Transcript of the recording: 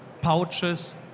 pouches